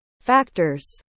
factors